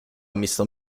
missar